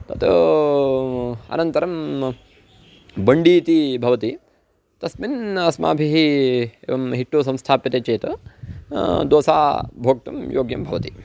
तत् अनन्तरं बण्डी इति भवति तस्मिन् अस्माभिः एवं हिट्टु संस्थाप्यते चेत् दोसा भोक्तुं योग्यं भवति